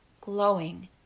glowing